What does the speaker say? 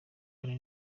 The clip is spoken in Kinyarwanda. kane